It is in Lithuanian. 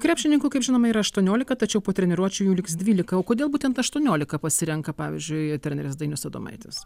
krepšininkų kaip žinoma yra aštuoniolika tačiau po treniruočių jų liks dvylika o kodėl būtent aštuoniolika pasirenka pavyzdžiui treneris dainius adomaitis